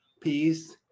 Peace